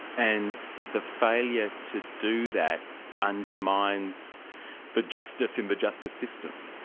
and the failure to do that undermines the justice in the justice system.